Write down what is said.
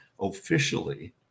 officially